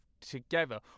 together